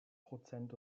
prozent